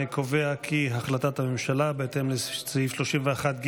אני קובע כי החלטת הממשלה בהתאם לסעיף 31ג